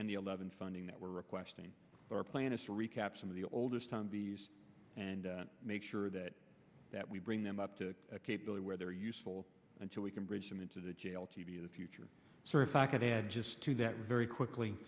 and the eleven funding that we're requesting our plan is to recap some of the older son and make sure that that we bring them up to a capability where they're useful until we can bridge them into the jail to be the future so if i could add to that very quickly